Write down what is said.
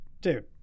dude